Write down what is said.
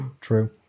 true